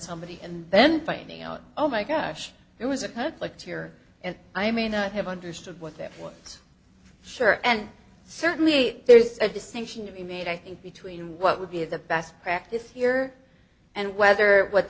somebody and then finding out oh my gosh there was a conflict here and i may not have understood what they want for sure and certainly there's a distinction to be made i think between what would be the best practice here and whether what